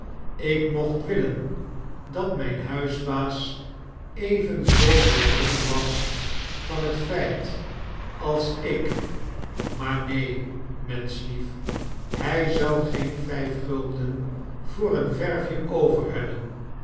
ik mocht willen dat myn huisbaas evenzoo doordrongen was van dat feit als ik maar neen menschlief hy zou geen vyf gulden voor een verfje overhebben